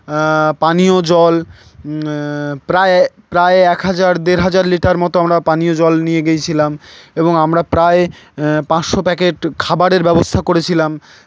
পানীয় জল প্রায় প্রায় এক হাজার দেড় হাজার লিটার মতো আমরা পানীয় জল নিয়ে গিয়েছিলাম এবং আমরা প্রায় পাঁচশো প্যাকেট খাবারের ব্যবস্থা করেছিলাম